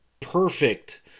perfect